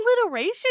alliteration